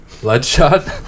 Bloodshot